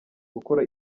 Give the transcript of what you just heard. gukora